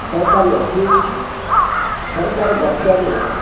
ସରକାରୀ ଅଫିସ୍ ସରକାରୀ ଦଫ୍ତରରେ